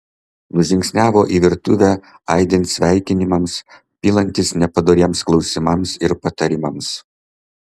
nužingsniavo į virtuvę aidint sveikinimams pilantis nepadoriems klausimams ir patarimams